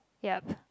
yup